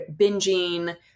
binging